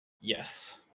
Yes